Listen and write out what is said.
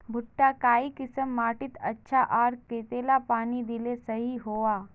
भुट्टा काई किसम माटित अच्छा, आर कतेला पानी दिले सही होवा?